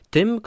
Tym